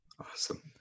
Awesome